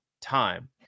time